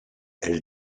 elle